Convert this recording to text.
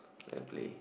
and play